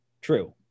true